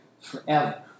forever